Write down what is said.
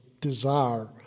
desire